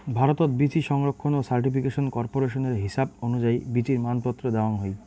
ভারতত বীচি সংরক্ষণ ও সার্টিফিকেশন কর্পোরেশনের হিসাব অনুযায়ী বীচির মানপত্র দ্যাওয়াং হই